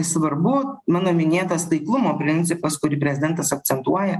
svarbu mano minėtas taiklumo principas kurį prezidentas akcentuoja